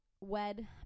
wed